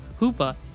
Hoopa